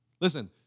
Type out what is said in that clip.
Listen